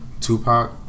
Tupac